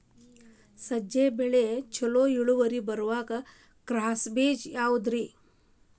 ಸಜ್ಜೆ ಬೆಳೆಗೆ ಛಲೋ ಇಳುವರಿ ಬರುವ ಕ್ರಾಸ್ ಬೇಜ ಯಾವುದ್ರಿ?